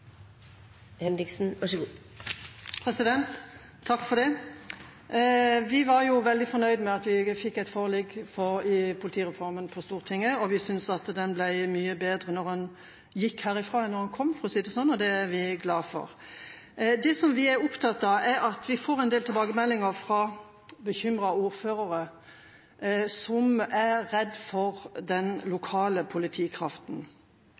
Vi var veldig fornøyd med at vi fikk et forlik om politireformen på Stortinget, og vi synes at den ble mye bedre da den gikk herfra enn da den kom – for å si det slik – og det er vi glad for. Det som vi er opptatt av, er at vi får en del tilbakemeldinger fra bekymrede ordførere som er redd for den lokale politikraften.